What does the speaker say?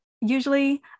usually